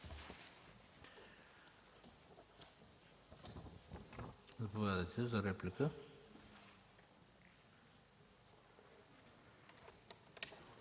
Заповядайте за реплика.